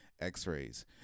X-rays